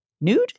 nude